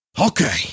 Okay